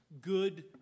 good